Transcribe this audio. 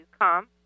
come